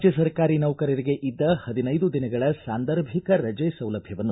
ರಾಜ್ಯ ಸರ್ಕಾರಿ ನೌಕರರಿಗೆ ಇದ್ದ ಹದಿನೈದು ದಿನಗಳ ಸಾಂದರ್ಭಿಕ ರಜೆ ಸೌಲಭ್ಧವನ್ನು